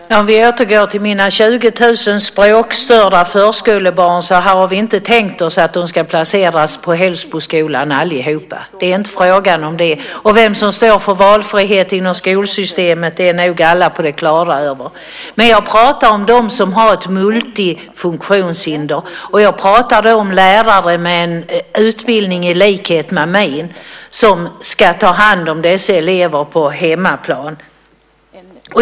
Herr talman! Om vi återgår till mina 20 000 språkstörda förskolebarn har vi inte tänkt oss att de ska placeras på Hällsboskolan allihop. Det är inte fråga om det. Vem som står för valfrihet inom skolsystemet är nog alla på det klara med. Jag talar om dem som har ett multifunktionshinder och lärare som har en utbildning som är liknande min som ska ta hand om dessa elever på hemmaplan.